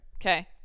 Okay